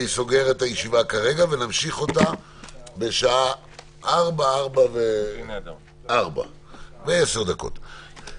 אני נועל את הישיבה כרגע ונמשיך אותה בשעה ארבע ועשר דקות.